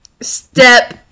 step